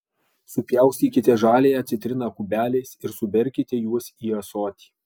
supjaustykite žaliąją citriną kubeliais ir suberkite juos į ąsotį